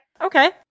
Okay